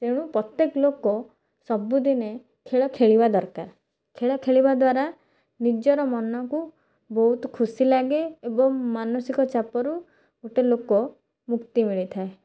ତେଣୁ ପ୍ରତ୍ୟେକ ଲୋକ ସବୁଦିନେ ଖେଳ ଖେଳିବା ଦରକାର ଖେଳ ଖେଳିବା ଦ୍ୱାରା ନିଜର ମନକୁ ବହୁତ ଖୁସି ଲାଗେ ଏବଂ ମାନସିକ ଚାପରୁ ଗୋଟେ ଲୋକ ମୁକ୍ତି ମିଳିଥାଏ